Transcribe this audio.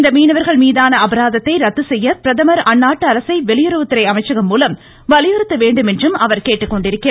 இந்த மீனவர்கள் மீதான அபராதத்தை ரத்து செய்ய பிரதமர் அந்நாட்டு அரசை வெளியுறவுத்துறை அமைச்சகம் மூலம் வலியுறுத்த வேண்டும் என்றும் அவர் கேட்டுக்கொண்டிருக்கிறார்